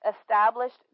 established